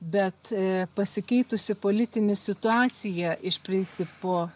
bet a pasikeitusi politinė situacija iš principo